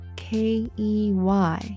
key